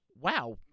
wow